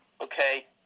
Okay